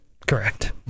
Correct